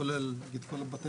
כולל כל בתי